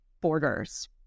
borders